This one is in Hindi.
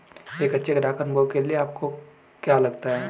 एक अच्छे ग्राहक अनुभव के लिए आपको क्या लगता है?